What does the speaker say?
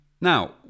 Now